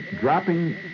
dropping